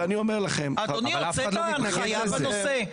הוצאת הנחיה בנושא?